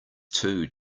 two